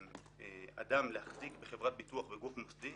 לאדם להחזיק בחברת ביטוח בגוף מוסדי,